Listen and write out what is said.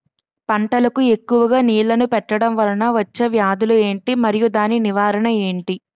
పంటలకు ఎక్కువుగా నీళ్లను పెట్టడం వలన వచ్చే వ్యాధులు ఏంటి? మరియు దాని నివారణ ఏంటి?